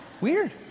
Weird